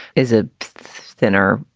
is it thinner,